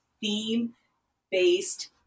theme-based